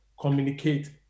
Communicate